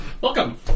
welcome